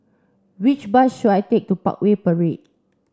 which bus should I take to Parkway Parade